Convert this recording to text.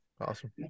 Awesome